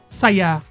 saya